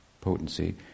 potency